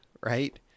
right